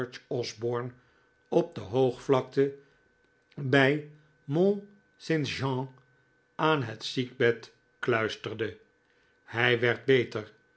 op de hoogvlakte bij mont st jean aan het ziekbed kluisterde hij werd beter